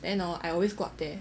then hor I always go up there